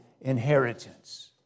inheritance